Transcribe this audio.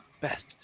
best